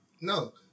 No